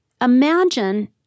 Imagine